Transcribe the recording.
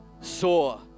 saw